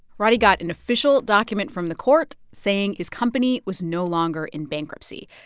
roddey got an official document from the court saying his company was no longer in bankruptcy.